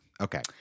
Okay